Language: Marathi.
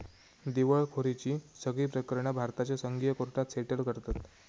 दिवळखोरीची सगळी प्रकरणा भारताच्या संघीय कोर्टात सेटल करतत